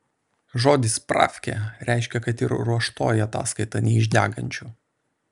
žodis spravkė reiškė kad ir ruoštoji ataskaita ne iš degančių